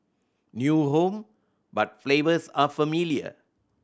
new home but flavors are familiar